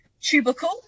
tubercle